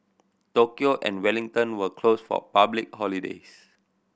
Tokyo and Wellington were closed for public holidays